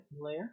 layer